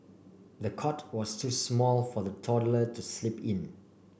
the cot was so small for the toddler to sleep in